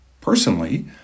Personally